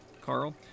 Carl